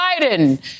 Biden